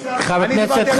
הזאת, אדוני היושב-ראש?